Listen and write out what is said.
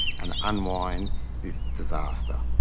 and unwind this disaster,